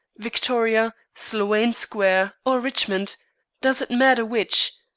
victoria, sloane square, or richmond does it matter which?